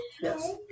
Yes